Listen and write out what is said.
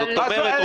זאת אומרת,